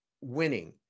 winning